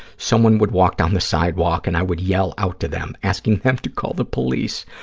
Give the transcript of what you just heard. someone would walk down the sidewalk and i would yell out to them, asking them to call the police,